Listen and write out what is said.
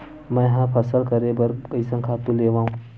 मैं ह फसल करे बर कइसन खातु लेवां?